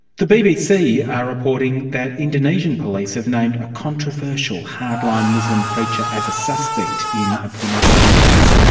the bbc are reporting that indonesian police have named a controversial hardline muslim preacher as a suspect in a pornography case.